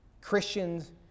Christians